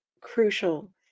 crucial